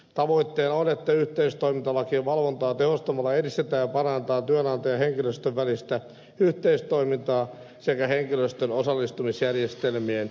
tavoitteena on että yhteistoimintalakien valvontaa tehostamalla edistetään ja parannetaan työnantajan ja henkilöstön välistä yhteistoimintaa sekä henkilöstön osallistumisjärjestelmien toteutumista